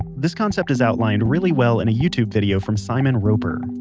this concept is outlined really well in a youtube video from simon roper.